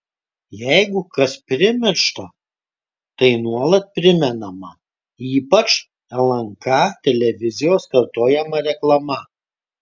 jeigu kas primiršta tai nuolat primenama ypač lnk televizijos kartojama reklama